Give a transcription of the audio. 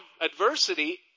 adversity